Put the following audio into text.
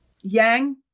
Yang